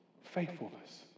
faithfulness